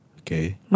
Okay